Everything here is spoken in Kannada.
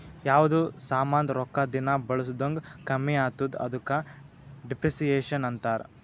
ಯಾವ್ದು ಸಾಮಾಂದ್ ರೊಕ್ಕಾ ದಿನಾ ಬಳುಸ್ದಂಗ್ ಕಮ್ಮಿ ಆತ್ತುದ ಅದುಕ ಡಿಪ್ರಿಸಿಯೇಷನ್ ಅಂತಾರ್